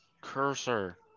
cursor